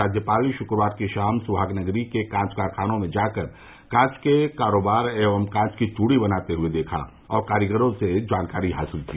राज्यपाल शुक्रवार की शाम सुहागनगरी के कॉच कारखानों में जाकर कॉच के कारोबार एवं कॉच की चूड़ी बनाते हुए देखा और कारीगरों से जानकारी हासिल की